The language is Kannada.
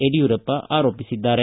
ಯಡಿಯೂರಪ್ಪ ಆರೋಪಿಸಿದ್ದಾರೆ